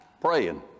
praying